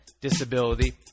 disability